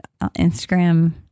Instagram